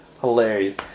Hilarious